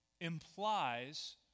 implies